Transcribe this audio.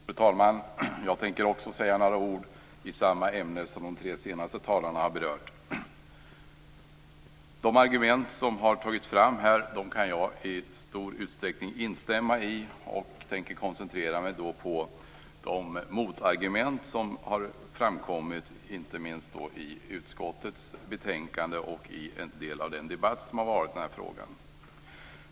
Fru talman! Jag tänker också säga några ord i samma ämne som de tre senaste talarna har berört. De argument som lagts fram här kan jag i stor utsträckning instämma i. Jag tänker koncentrera mig på de motargument som har framkommit, inte minst i utskottets betänkande och i en del av den debatt som har förts i den här frågan.